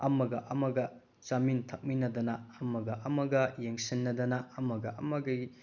ꯑꯃꯒ ꯑꯃꯒ ꯆꯥꯃꯤꯟ ꯊꯛꯃꯤꯟꯅꯗꯅ ꯑꯃꯒ ꯑꯃꯒ ꯌꯦꯡꯁꯤꯟꯅꯗꯅ ꯑꯃꯒ ꯑꯃꯒ